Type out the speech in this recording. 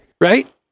Right